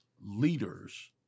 leaders